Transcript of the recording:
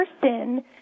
person